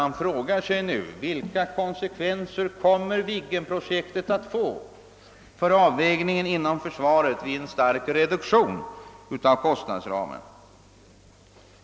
Man frågar sig nu vilka konsekvenser Viggenprojektet kommer att få för avvägningen inom försvaret vid en stark reduktion av kostnadsramen.